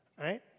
right